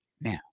Now